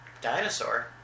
dinosaur